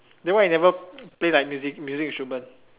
then why you never play like music music instrument